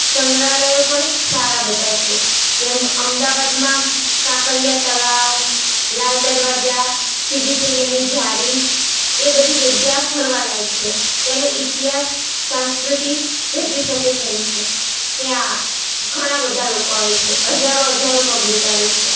સંગ્રહાલયો પણ સારા બધાં છે જેમ અમદાવાદમાં કાંકરિયા તળાવ લાલ દરવાજા સીદી સૈયદની જાળી તે બધી જગ્યા ફરવાલાયક છે તેનો ઇતિહાસ સંસ્કૃતિ રચી શકે તેમ છે ત્યાં ઘણાં બધા લોકો આવે છે હજારો હજારો પબ્લિક આવે છે